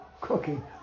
cooking